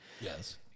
yes